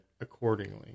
accordingly